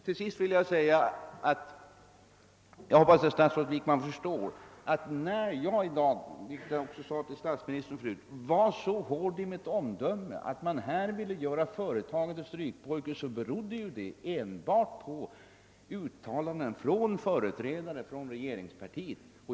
Till sist hoppas jag att statsrådet Wickman förstår att när jag i dag, vilket jag också sade till statsministern förut, var så hård i mitt omdöme om att regeringen ville göra företagen till strykpojke, berodde det enbart på uttalanden av företrädare för regeringspartiet.